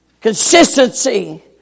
Consistency